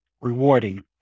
rewarding